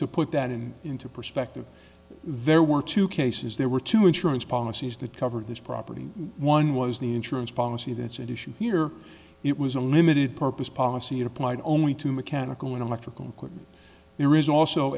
to put that in into perspective there were two cases there were two insurance policies that covered this property and one was the insurance policy that's at issue here it was a limited purpose policy applied only to mechanical and electrical equipment there is also